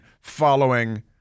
following